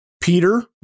Peter